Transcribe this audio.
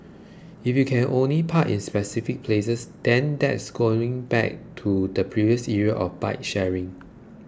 if you can only park in specific places then that's going back to the previous era of bike sharing